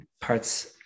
parts